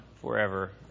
forever